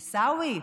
עיסאווי,